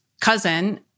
cousin